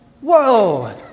Whoa